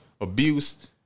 Abuse